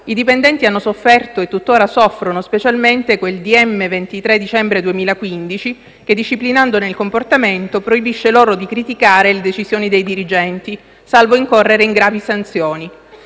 i dipendenti hanno sofferto e tuttora soffrono specialmente quel decreto ministeriale 23 dicembre 2015 che, disciplinandone il comportamento, proibisce loro di criticare le decisioni dei dirigenti, salvo incorrere in gravi sanzioni.